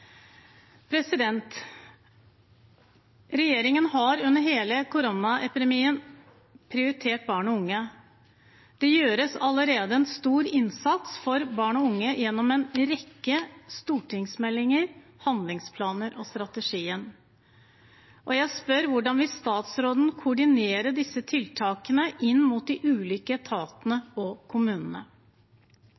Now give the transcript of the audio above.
Regjeringen har under hele koronaepidemien prioritert barn og unge. Det gjøres allerede en stor innsats for barn og unge gjennom en rekke stortingsmeldinger, handlingsplaner og strategier. Og jeg spør: Hvordan vil statsråden koordinere disse tiltakene inn mot de ulike etatene